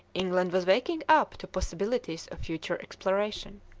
england was waking up to possibilities of future exploration.